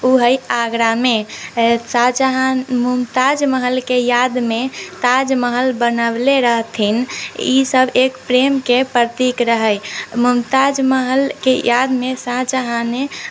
ओ है आगरामे शाहजहाँ मुमताज महलके यादमे ताजमहल बनाओले रहथिन इसभ एक प्रेमके प्रतीक रहै मुमताज महलके यादमे शाहजहाँ ने